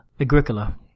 agricola